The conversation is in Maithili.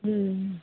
हुँ